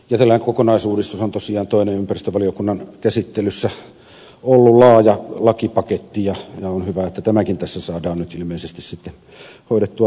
jätelain kokonaisuudistus on tosiaan toinen ympäristövaliokunnan käsittelyssä ollut laaja lakipaketti ja on hyvä että tämäkin tässä saadaan nyt ilmeisesti sitten hoidettua loppuun saakka